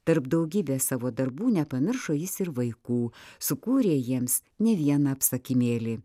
tarp daugybės savo darbų nepamiršo jis ir vaikų sukūrė jiems ne vieną apsakymėlį